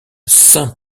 saint